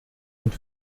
und